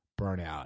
burnout